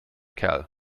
kerl